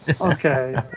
Okay